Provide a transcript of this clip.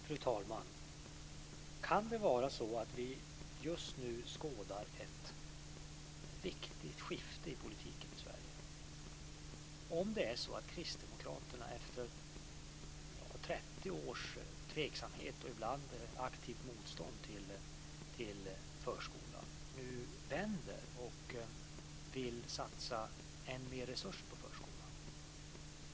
Fru talman! Kan det vara så att vi just nu skådar ett viktigt skifte i politiken i Sverige? Är det så att Kristdemokraterna efter 30 års tveksamhet och ibland aktivt motstånd mot förskolan nu vänder och vill satsa än mer resurser på förskolan?